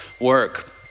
work